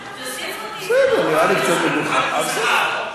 נראה לי קצת מגוחך, אבל בסדר.